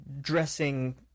dressing